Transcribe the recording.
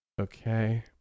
Okay